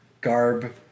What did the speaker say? garb